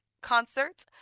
Concert